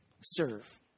serve